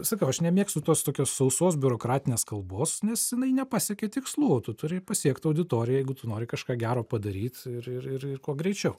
sakau aš nemėgstu tos tokios sausos biurokratinės kalbos nes jinai nepasiekia tikslų tu turi pasiekt auditoriją jeigu tu nori kažką gero padaryt ir ir ir kuo greičiau